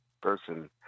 person